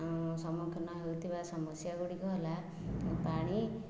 ସମ୍ମୁଖୀନ ହେଉଥିବା ସମସ୍ୟା ଗୁଡ଼ିକ ହେଲା ପାଣି